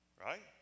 Right